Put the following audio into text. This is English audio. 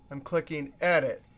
i'm clicking edit.